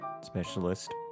specialist